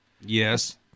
Yes